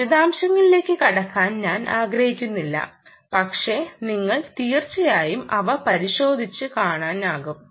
വിശദാംശങ്ങളിലേക്ക് കടക്കാൻ ഞാൻ ആഗ്രഹിക്കുന്നില്ല പക്ഷേ നിങ്ങൾക്ക് തീർച്ചയായും അവ പരിശോധിച്ച് കാണാനാകും